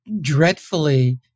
dreadfully